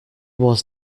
was